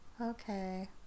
okay